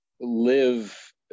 live